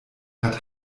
hat